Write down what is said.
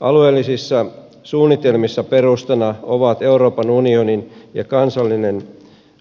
alueellisissa suunnitelmissa perustana ovat euroopan unionin ja kansallinen